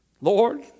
Lord